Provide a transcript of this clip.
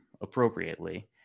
appropriately